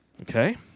Okay